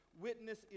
Witness